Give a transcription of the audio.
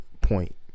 point